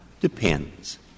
depends